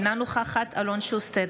אינה נוכחת אלון שוסטר,